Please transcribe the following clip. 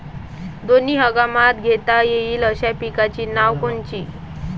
दोनी हंगामात घेता येईन अशा पिकाइची नावं कोनची?